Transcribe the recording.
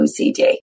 OCD